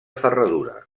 ferradura